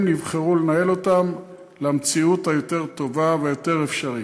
נבחרו לנהל אותן למציאות הטובה ביותר האפשרית.